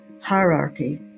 hierarchy